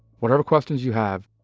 whatever questions you have,